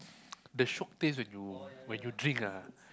the shiok taste when you when you drink ah